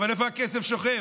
אבל איפה הכסף שוכב?